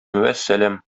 вәссәлам